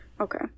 okay